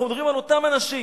אנחנו מדברים על אותם אנשים